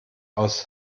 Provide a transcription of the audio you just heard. aus